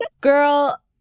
girl